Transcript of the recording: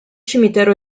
cimitero